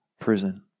prison